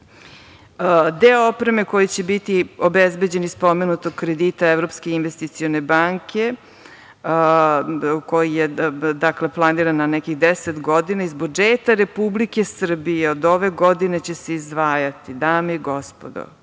opreme koji će biti obezbeđen iz pomenutog kredita Evropske investicione banke, koji je planiran na nekih 10 godina, iz budžeta Republike Srbije od ove godine će se izdvajati, dame i gospodo,